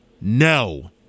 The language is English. no